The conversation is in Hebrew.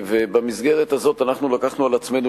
ובמסגרת הזאת אנחנו לקחנו על עצמנו